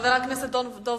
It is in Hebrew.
חבר הכנסת דב חנין,